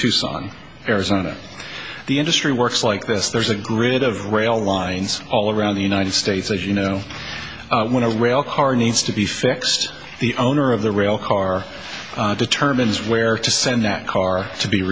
tucson arizona the industry works like this there's a grid of rail lines all around the united states as you know when a rail car needs to be fixed the owner of the rail car determines where to send that car to be